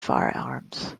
firearms